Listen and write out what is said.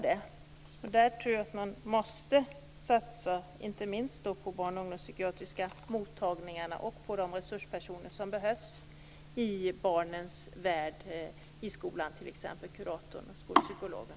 Där tror jag att man inte minst måste satsa på barnoch ungdomspsykiatriska mottagningarna och på de resurspersoner som behövs i barnens värld, i skolan, t.ex. kuratorn och skolpsykologen.